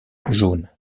jaune